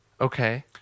Okay